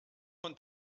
von